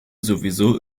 sowieso